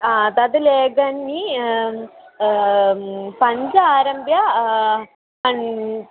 आ तद् लेखनी पञ्च आरभ्य अन्